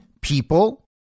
people